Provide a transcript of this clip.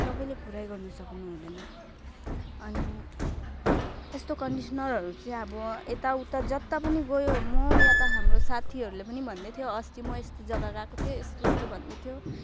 तपाईँले कुरा गर्नु सक्नु हुँदैन अनि यस्तो कन्डिसनरहरू चाहिँ अब यता उता जता पनि गयो म यहाँ त हाम्रो साथीहरूले पनि भन्दै थियो अस्ति म यस्तो जगा गएको थियो यस्तो यस्तो भन्दै थियो